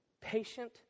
Patient